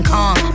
Kong